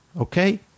Okay